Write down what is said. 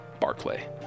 Barclay